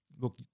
look